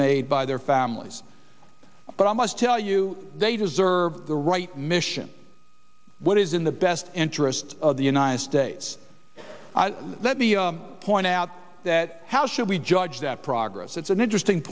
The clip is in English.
made by their families but i must tell you they deserve the right mission what is in the best interest of the united states let me point out that how should we judge that progress that's an interesting